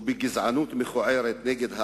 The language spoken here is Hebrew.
ובגזענות מכוערת נגד הערבים,